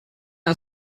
ist